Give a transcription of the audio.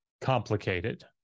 complicated